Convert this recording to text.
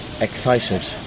excited